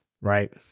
right